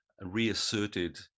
reasserted